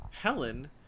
Helen